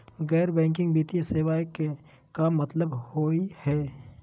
गैर बैंकिंग वित्तीय सेवाएं के का मतलब होई हे?